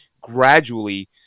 gradually